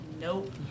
Nope